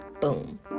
Boom